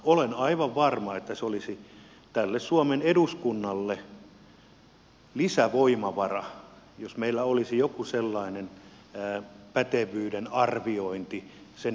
olen aivan varma että se olisi tälle suomen eduskunnalle lisävoimavara jos meillä olisi joku sellainen pätevyyden arviointi sen peruspalkan päälle